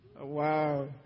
Wow